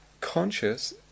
conscious